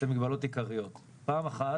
פעם אחת,